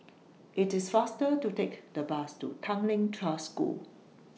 IT IS faster to Take The Bus to Tanglin Trust School